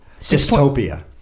dystopia